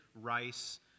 rice